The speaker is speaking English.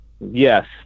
Yes